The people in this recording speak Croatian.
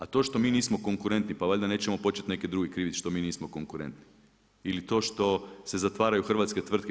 A to što mi nismo konkurentni pa valjda nećemo početi neke druge kriviti što mi nismo konkurentni ili to što se zatvaraju hrvatske tvrtke.